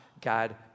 God